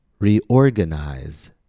reorganize